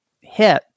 hit